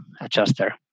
adjuster